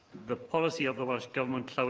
the policy of the welsh government,